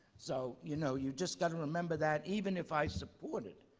so you know you just got to remember that, even if i support it.